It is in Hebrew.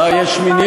אה, יש מניין?